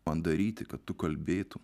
man daryti kad tu kalbėtum